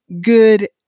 good